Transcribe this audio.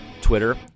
Twitter